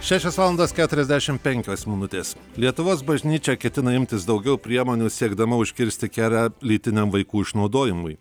šešios valandos keturiasdešimt penkios minutės lietuvos bažnyčia ketina imtis daugiau priemonių siekdama užkirsti kelią lytiniam vaikų išnaudojimui